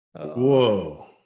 Whoa